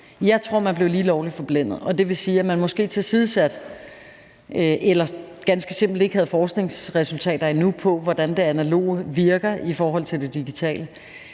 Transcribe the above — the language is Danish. jeg tror, man blev lige lovlig forblændet, og det vil sige, at man måske tilsidesatte eller ganske simpelt ikke havde forskningsresultater endnu på, hvordan det analoge virker i forhold til det digitale.